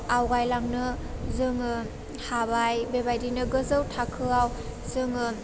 आवगायलांनो जोङो हाबाय बेबायदिनो गोजौ थाखोयाव जोङो